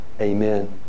Amen